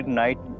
night